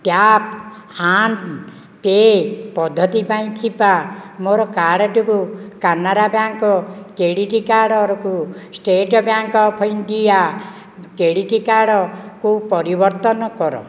tap and pay ପଦ୍ଧତି ପାଇଁ ଥିବା ମୋର କାର୍ଡ଼ଟିକୁ କାନାରା ବ୍ୟାଙ୍କ୍ କ୍ରେଡ଼ିଟ୍ କାର୍ଡ଼ରୁକୁ State Bank of India credit କାର୍ଡ଼କୁ ପରିବର୍ତ୍ତନ କର